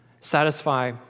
Satisfy